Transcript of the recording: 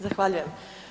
Zahvaljujem.